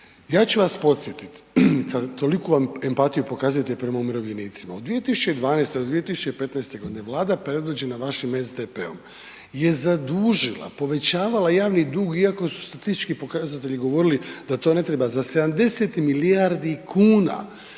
Ja ću vas podsjetiti kad toliku empatiju pokazujete prema umirovljenicima. U 2012. do 2015. godine Vlada predvođena vašim SDP-om je zadužila, povećavala javni dug iako su statistički pokazatelji govorili da to ne treba za 70 milijardi kuna.